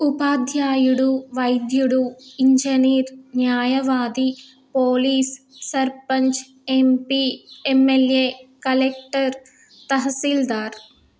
ఉపాధ్యాయుడు వైద్యుడు ఇంజనీర్ న్యాయవాది police sarpanch MP MLA collector tehsildar